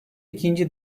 ikinci